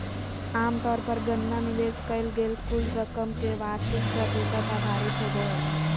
आमतौर पर गणना निवेश कइल गेल कुल रकम के वार्षिक प्रतिशत आधारित होबो हइ